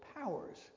powers